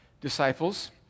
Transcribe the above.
disciples